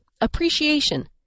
Appreciation